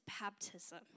baptism